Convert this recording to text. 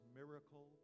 miracle